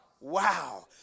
Wow